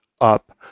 up